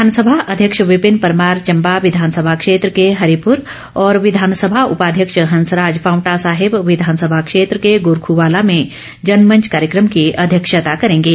विधानसभा अध्यक्ष विपिन परमार चंबा विधानसभा क्षेत्र के हरिपुर और विधानसभा उपाध्यक्ष हंसराज पावंटा साहिब विधानसभा क्षेत्र के गोरख्वाला में जनमंच कार्यक्रम की अध्यक्षता करेंगे